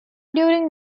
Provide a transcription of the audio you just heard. during